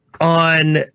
on